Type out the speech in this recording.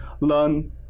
learn